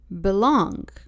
belong